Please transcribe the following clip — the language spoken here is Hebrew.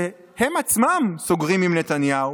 שהם עצמם סוגרים עם נתניהו,